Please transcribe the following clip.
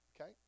Okay